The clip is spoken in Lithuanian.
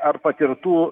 ar patirtų